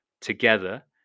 together